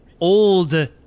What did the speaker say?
Old